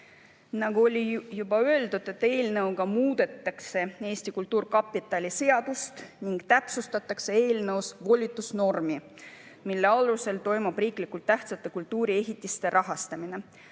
Nagu juba öeldud, eelnõuga muudetakse Eesti Kultuurkapitali seadust ning täpsustatakse eelnõus volitusnormi, mille alusel toimub riiklikult tähtsate kultuuriehitiste rahastamine.